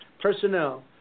personnel